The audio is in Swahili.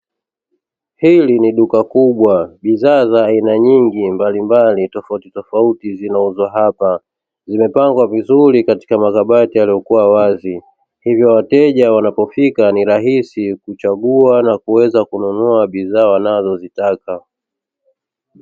Hili ni duka kubwa bidhaa za aina nyngi mbalimbali tofauti tofauti zinauzwa hapa, zimepangwa vizuri katika makabati yaliyokuwa wazi hivyo wateja wanapofika ni rahisi kuchagua na kuweza kununua bidhaa wanazozitaka.